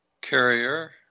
carrier